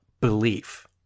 belief